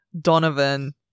Donovan